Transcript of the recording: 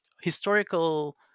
historical